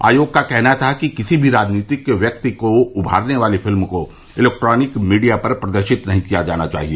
आयोग का कहना था कि किसी भी राजनीतिक व्यक्ति को उमारने वाली फिल्म को इलेक्ट्रॉनिक मीडिया पर प्रदर्शित नहीं किया जाना चाहिए